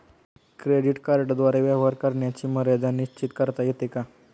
Credit कार्डद्वारे व्यवहार करण्याची मर्यादा निश्चित करता येते का?